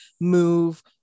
move